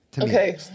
Okay